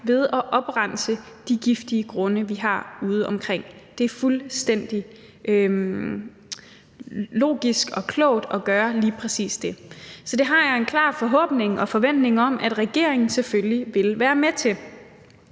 ved at oprense de giftige grunde, vi har udeomkring. Det er fuldstændig logisk og klogt at gøre lige præcis det, så det har jeg en klar forhåbning og forventning om at regeringen selvfølgelig vil være med til.